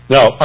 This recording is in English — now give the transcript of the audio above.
Now